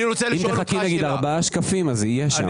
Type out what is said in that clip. אם תחכי ארבעה שקפים, זה יהיה שם.